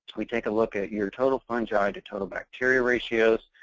we take a look at your total fungi to total bacteria ratios,